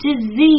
disease